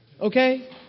Okay